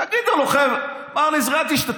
תגידו לו: מר נזרי, אל תשתתף.